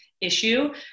issue